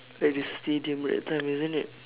at the stadium that time isn't it